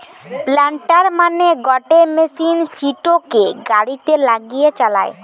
planter মানে গটে machine সিটোকে গাড়িতে লাগিয়ে চালায়